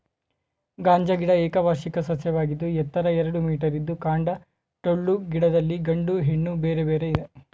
ಗಾಂಜಾ ಗಿಡ ಏಕವಾರ್ಷಿಕ ಸಸ್ಯವಾಗಿದ್ದು ಎತ್ತರ ಎರಡು ಮೀಟರಿದ್ದು ಕಾಂಡ ಟೊಳ್ಳು ಗಿಡದಲ್ಲಿ ಗಂಡು ಹೆಣ್ಣು ಬೇರೆ ಬೇರೆ ಇದೆ